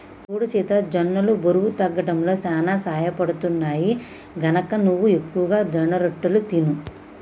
సూడు సీత జొన్నలు బరువు తగ్గడంలో సానా సహయపడుతాయి, గనక నువ్వు ఎక్కువగా జొన్నరొట్టెలు తిను